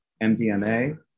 MDMA